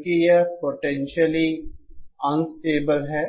चूंकि यह अब पोटेंशियल अनस्टेबल है